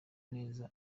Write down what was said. neza